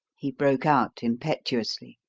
he broke out impetuously.